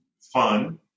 fun